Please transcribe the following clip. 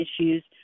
issues